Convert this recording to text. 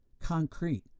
concrete